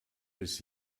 bis